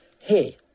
hey